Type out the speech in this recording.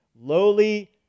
lowly